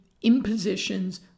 impositions